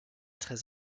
très